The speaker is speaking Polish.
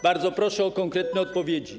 Bardzo proszę o konkretne odpowiedzi.